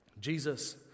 Jesus